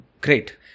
great